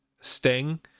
sting